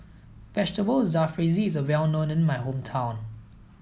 Vegetable Jalfrezi is well known in my hometown